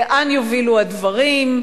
לאן יובילו הדברים,